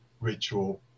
ritual